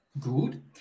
good